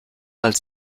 als